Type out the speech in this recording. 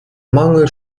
mangel